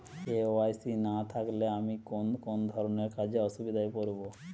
KYC না থাকলে আমি কোন কোন ধরনের কাজে অসুবিধায় পড়ব?